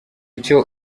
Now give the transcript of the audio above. icyo